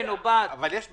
בפסקה (א)(2) ברישה,